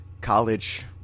college